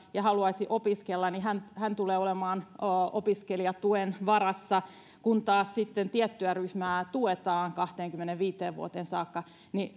ja joka haluaisi opiskella niin hän hän tulee olemaan opiskelijatuen varassa kun taas sitten tiettyä ryhmää tuetaan kahteenkymmeneenviiteen vuoteen saakka